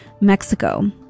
Mexico